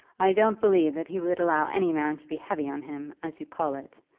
i don't believe that he would allow any man to be heavy on him, as you call it.